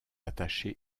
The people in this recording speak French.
attaché